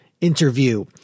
interview